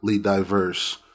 diverse